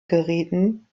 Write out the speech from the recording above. geräten